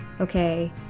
okay